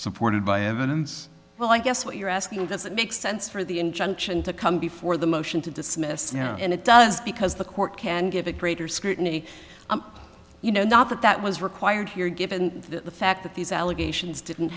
supported by evidence well i guess what you're asking doesn't make sense for the injunction to come before the motion to dismiss now and it does because the court can give it greater scrutiny you know not that that was required here given the fact that these allegations didn't